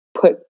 put